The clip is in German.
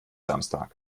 samstag